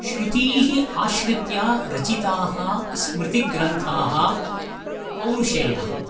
श्रुतीः आश्रित्य रचिताः स्मृतिग्रन्थाः पौरुषेयाः भवन्ति